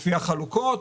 לפי החלוקות,